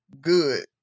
good